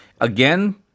Again